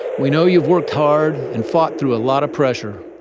we know you've worked hard and fought through a lot of pressure.